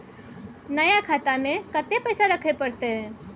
नया खाता में कत्ते पैसा रखे परतै?